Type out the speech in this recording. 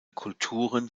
kulturen